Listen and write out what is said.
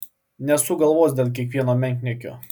nesuk galvos dėl kiekvieno menkniekio